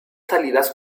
salidas